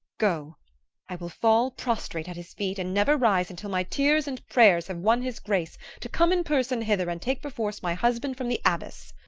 go i will fall prostrate at his feet, and never rise until my tears and prayers have won his grace to come in person hither and take perforce my husband from the abbess.